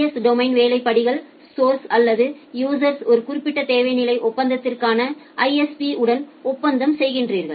S டொமைனின் வேலை படிகள் சௌர்ஸ் அல்லது யுஸா்ஸ் ஒரு குறிப்பிட்ட சேவை நிலை ஒப்பந்தத்திற்கான ISP உடன் ஒப்பந்தம் செய்கிறார்கள்